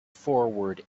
forward